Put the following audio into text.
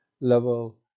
level